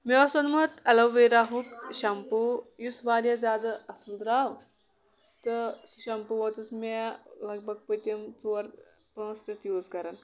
مےٚ اوس اوٚنمُت ایلوویراہُک شیمپوٗ یُس واریاہ زیادٕ اَصٕل درٛاو تہٕ سُہ شیمپوٗ ووت حظ مےٚ لگ بگ پٔتِم ژور پانٛژھ رٮ۪تھ یوٗز کران